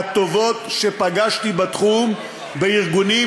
מהטובות שפגשתי בתחום בארגונים,